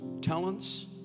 talents